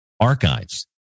archives